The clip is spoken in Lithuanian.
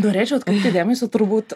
norėčiau atkreipti dėmesį turbūt